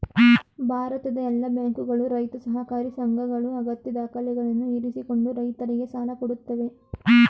ಭಾರತದ ಎಲ್ಲಾ ಬ್ಯಾಂಕುಗಳು, ರೈತ ಸಹಕಾರಿ ಸಂಘಗಳು ಅಗತ್ಯ ದಾಖಲೆಗಳನ್ನು ಇರಿಸಿಕೊಂಡು ರೈತರಿಗೆ ಸಾಲ ಕೊಡತ್ತವೆ